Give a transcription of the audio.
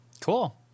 Cool